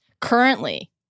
currently